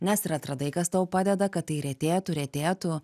nes ir atradai kas tau padeda kad tai retėtų retėtų